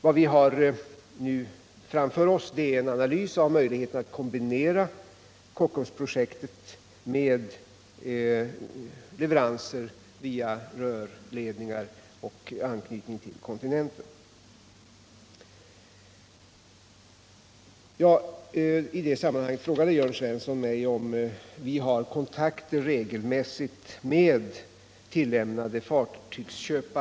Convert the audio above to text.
Vad vi nu har framför oss är en analys av möjligheterna att kombinera Kockumsprojektet och leveranser via rörledningar med anknytning till kontinenten. I det sammanhanget frågade Jörn Svensson mig om vi regelmässigt har kontakter med tillämnade fartygsköpare.